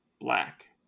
black